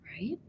right